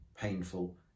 painful